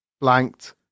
blanked